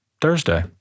Thursday